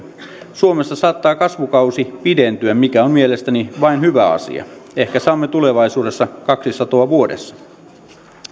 suomessa saattaa kasvukausi pidentyä mikä on mielestäni vain hyvä asia ehkä saamme tulevaisuudessa kaksi satoa vuodessa